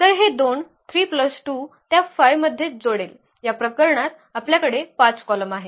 तर हे दोन 3 2 त्या 5 मध्ये जोडेल या प्रकरणात आपल्याकडे 5 कॉलम आहेत